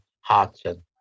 Hudson